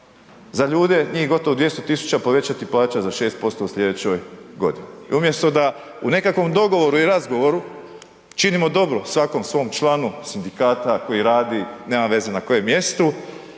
za ljude njih gotovo 200 tisuća povećati plaća za 6% u slijedećoj godini. I umjesto da u nekakvom dogovoru i razgovoru činimo dobro svakom svom članu sindikata koji radi nema veze na kojem mjestu